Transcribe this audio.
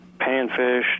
panfish